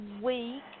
week